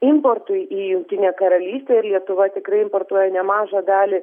importui į jungtinę karalystę ir lietuva tikrai importuoja nemažą dalį